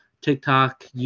TikTok